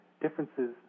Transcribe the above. differences